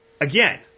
again